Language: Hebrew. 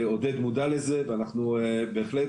עודד מודע לזה, ואנחנו בהחלט,